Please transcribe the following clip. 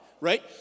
right